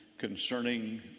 concerning